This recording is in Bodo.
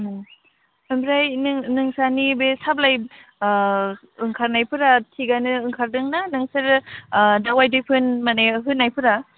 ओमफ्राय नोंस्रानि बे साहा बिलाइ ओंखारनाय फोरा थिगानो ओंखारदोंना नोंसोरो दावाय दैफोन माने होनायफोरा